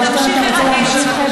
תמשיך לדבר.